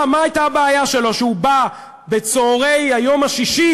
מה הייתה הבעיה שלו שהוא בא בצהרי יום השישי